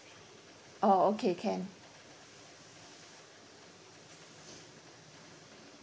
oh okay can